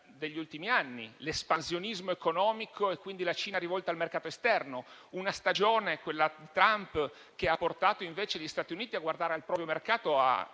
degli ultimi anni, con l'espansionismo economico e quindi con la Cina rivolta al mercato esterno, con una stagione come quella di Trump che ha portato invece gli Stati Uniti a guardare al proprio mercato,